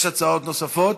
יש הצעות נוספות?